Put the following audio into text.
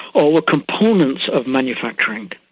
or were components of manufacturing.